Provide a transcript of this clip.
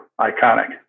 Iconic